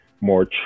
more